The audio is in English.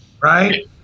right